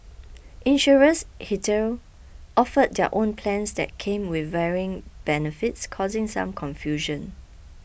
insurers offered their own plans that came with varying benefits causing some confusion